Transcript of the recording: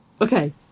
Okay